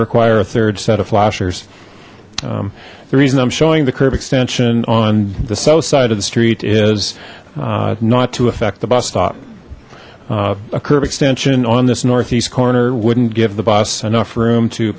require a third set of flashers the reason i'm showing the curb extension on the south side of the street is not to affect the bus stop a curb extension on this northeast corner wouldn't give the bus enough room to